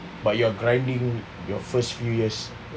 but you're grinding your first few years